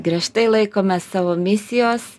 griežtai laikomės savo misijos